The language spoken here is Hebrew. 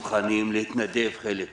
מוכנים להתנדב חלק מהם,